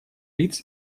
лиц